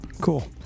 Cool